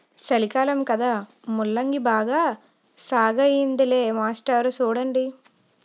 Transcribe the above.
సలికాలం కదా ముల్లంగి బాగా సాగయ్యిందిలే మాస్టారు సూడండి